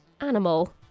animal